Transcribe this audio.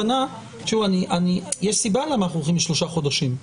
שוב, יש סיבה למה אנחנו הולכים לשלושה חודשים.